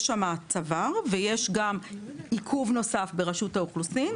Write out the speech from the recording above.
יש שם צוואר, ויש גם עיכוב נוסף ברשות האוכלוסין.